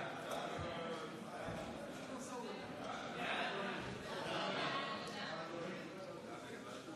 ההצעה להפוך את הצעת חוק הקמת חדרי מיון קדמיים,